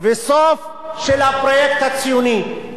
של הפרויקט הציוני.